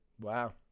Wow